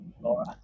Laura